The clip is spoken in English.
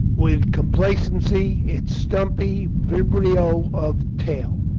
with com placency its stumpy vibrio of tail